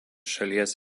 šalies